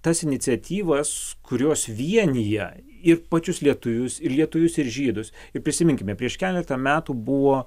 tas iniciatyvas kurios vienija ir pačius lietuvius ir lietuvius ir žydus ir prisiminkime prieš keletą metų buvo